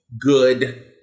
good